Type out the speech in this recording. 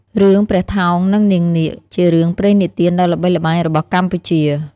រឿង ព្រះថោង និងនាងនាគ ជារឿងព្រេងនិទានដ៏ល្បីល្បាញរបស់កម្ពុជា។